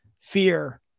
fear